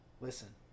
listen